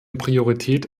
priorität